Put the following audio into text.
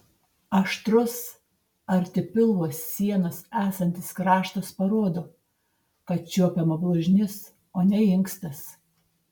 aštrus arti pilvo sienos esantis kraštas parodo kad čiuopiama blužnis o ne inkstas